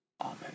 Amen